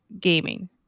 gaming